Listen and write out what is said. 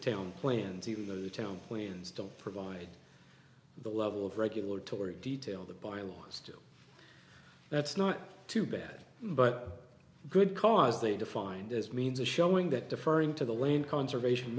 town plans even though the town planes don't provide the level of regular tory detail the bylaws do that's not too bad but good cause they defined as means of showing that deferring to the lane conservation